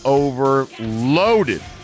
overloaded